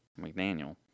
McDaniel